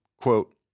Quote